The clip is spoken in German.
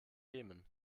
jemen